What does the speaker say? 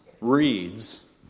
reads